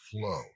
flow